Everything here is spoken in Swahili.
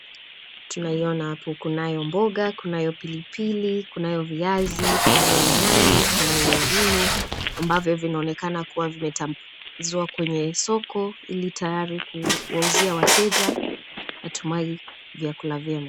Tunaiona hapo kunayo mboga, kunayo pilipili, kunayo viazi, kunayo nyanya, kunayo ndimu ambavyo vinaonekana kuwa vimetandazwa kwenye soko ili tayari kuwauzia wateja natumai vyakula vyema.